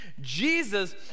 Jesus